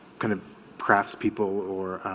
kind of perhaps people or